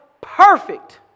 perfect